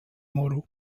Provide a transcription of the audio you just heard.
moro